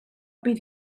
bydd